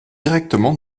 directement